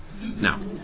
Now